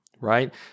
right